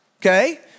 okay